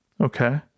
okay